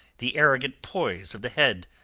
the arrogant poise of the head,